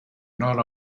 not